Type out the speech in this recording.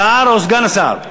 השר או סגן השר?